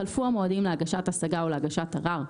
חלפו המועדים להגשת השגה או להגשת ערר,